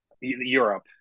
Europe